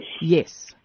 Yes